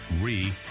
re